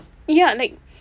ya like